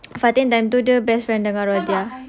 fatin dan tu dia best friend dengan rodiah